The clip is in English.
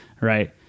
right